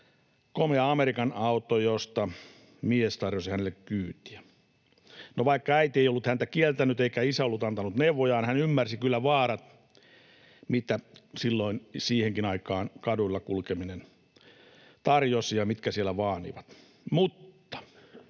komea amerikanauto, josta mies tarjosi hänelle kyytiä. No, vaikka äiti ei ollut häntä kieltänyt eikä isä ollut antanut neuvojaan, hän ymmärsi kyllä vaarat, mitä silloin siihenkin aikaan kadulla kulkeminen tarjosi ja mitkä siellä vaanivat. Mutta